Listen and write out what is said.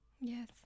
yes